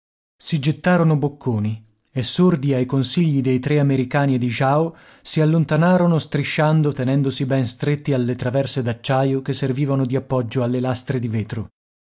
si gettarono bocconi e sordi ai consigli dei tre americani e di jao si allontanarono strisciando tenendosi ben stretti alle traverse d'acciaio che servivano di appoggio alle lastre di vetro